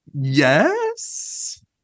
Yes